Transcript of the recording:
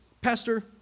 Pastor